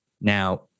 Now